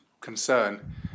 concern